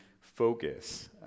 focus